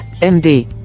MD